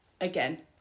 again